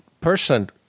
person